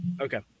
okay